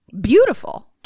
Beautiful